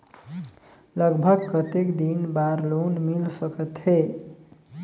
लगभग कतेक दिन बार लोन मिल सकत हे?